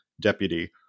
deputy